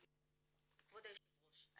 כבוד היושב ראש,